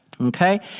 Okay